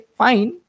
fine